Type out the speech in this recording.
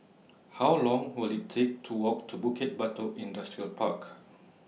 How Long Will IT Take to Walk to Bukit Batok Industrial Park